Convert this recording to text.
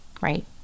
right